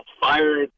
fired